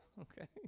Okay